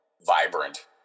vibrant